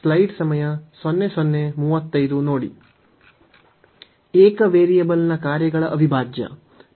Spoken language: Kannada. ಏಕ ವೇರಿಯೇಬಲ್ನ ಕಾರ್ಯಗಳ ಅವಿಭಾಜ್ಯ